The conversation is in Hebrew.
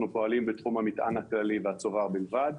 אנחנו פועלים בתחום המטען הכללי והצובר בלבד.